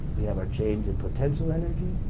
we have our change in potential energy